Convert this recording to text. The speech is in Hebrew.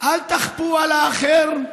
אל תכפו על האחר,